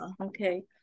Okay